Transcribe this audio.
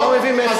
אני לא מבין מאיפה,